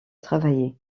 travailler